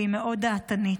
והיא מאוד דעתנית,